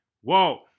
Whoa